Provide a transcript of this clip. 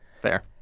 Fair